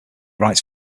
writes